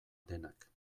denak